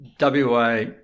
WA